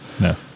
No